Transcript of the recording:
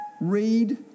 read